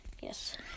yes